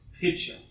picture